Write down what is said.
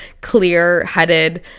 clear-headed